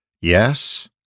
Yes